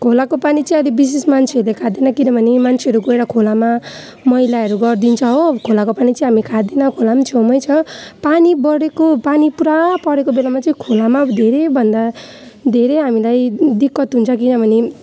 खोलाको पानी चाहिँ अहिले विशेष मान्छेहरूले खाँदैन किनभने मान्छेहरू गएर खोलामा मैलाहरू गरिदिन्छ हो खोलाको पानी चाहिँ हामी खाँदैनौँ खोला पनि छेउमै छ पानी बढेको पानी पुरा परेको बेलामा चाहिँ खोलामा धेरैभन्दा धेरै हामीलाई दिक्कत हुन्छ किनभने